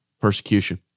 Persecution